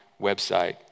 website